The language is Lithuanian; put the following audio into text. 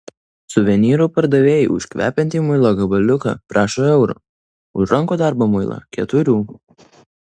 suvenyrų pardavėjai už kvepiantį muilo gabaliuką prašo euro už rankų darbo muilą keturių